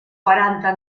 quaranta